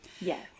Yes